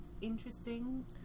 interesting